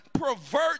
Pervert